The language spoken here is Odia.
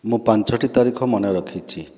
ମୁଁ ପାଞ୍ଚଟି ତାରିଖ ମନେରଖିଛି